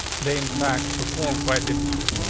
they, in fact, performed quite differently.